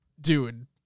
dude